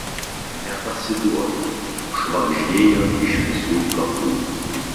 nepasiduokit švagždėjo iš visų kapų